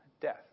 death